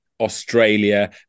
Australia